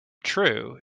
true